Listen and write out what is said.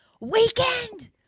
weekend